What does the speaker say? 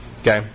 Okay